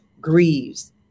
grieves